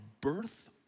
birth